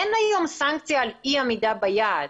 אין היום סנקציה על אי עמידה ביעד.